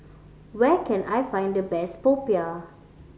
where can I find the best popiah